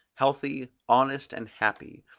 healthy, honest and happy,